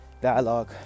dialogue